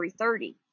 3:30